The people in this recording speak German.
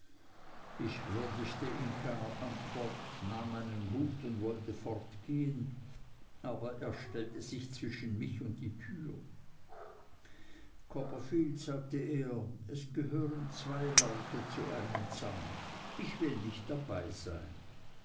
ich würdigte ihn keiner antwort nahm meinen hut und wollte fortgehen aber er stellte sich zwischen mich und die türe copperfield sagte er es gehören zwei leute zu einem zank ich will nicht dabei sein